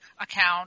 account